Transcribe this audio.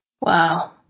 Wow